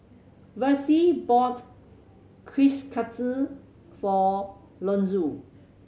Versie bought Kushikatsu for Lonzo